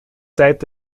tijd